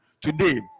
today